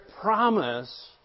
promise